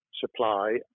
supply